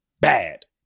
bad